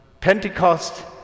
Pentecost